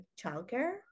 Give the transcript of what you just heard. childcare